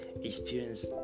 Experience